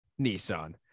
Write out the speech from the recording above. Nissan